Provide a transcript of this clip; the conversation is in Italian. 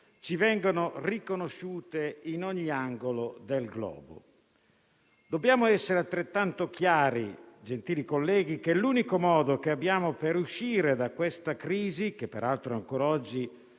ci vengono riconosciute in ogni angolo del globo. Dobbiamo essere altrettanto chiari, gentili colleghi, che l'unico modo che abbiamo per uscire da questa crisi, che peraltro ancora oggi